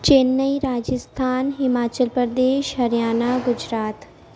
Chennai Rajasthan Himachal Pradesh Haryana Gujarat